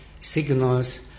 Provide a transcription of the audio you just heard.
signals